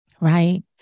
Right